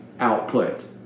output